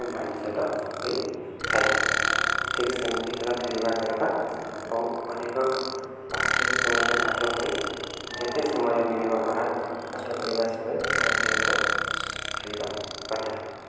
ଓ mind setup ହୋଇଥାଏ ଠିକ୍ ସେମିତି ଖେଳ ଖେଲିବା ଦରକାର ଓ ଅଧିକ ଠିକ୍ ସମୟରେ ପାଠ ପଢ଼ି ଯେତେ ସମୟରେ ମିଲିବ ବାହାର କରି ପାଠ ପଢ଼ିବା ସମୟରେ ତା ଗେମ୍ରେ ଖେଲିବା କଥା